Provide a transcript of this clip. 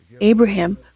abraham